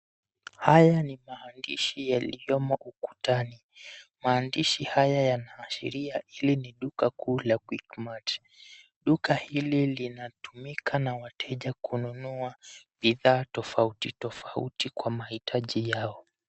Haya ni maandishi yaliyomo ukutani, maandishi haya yanaashiria hili ni duka kuu la Quickmart . Duka hili linatumika na wateja kununua bidhaa tofauti tofauti, kwa mahitaji yao.